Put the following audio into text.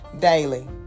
daily